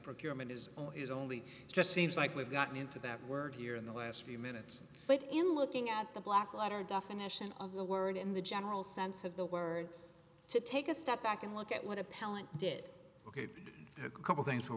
procurement is zero is only just seems like we've gotten into that word here in the last few minutes but in looking at the black letter definition of the word in the general sense of the word to take a step back and look at what appellant did ok couple things were